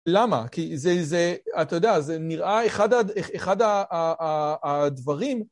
למה? כי זה, אתה יודע, זה נראה אחד הדברים